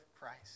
Christ